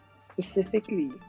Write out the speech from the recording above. specifically